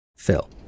Phil